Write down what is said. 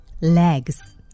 legs